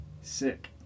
Sick